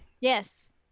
Yes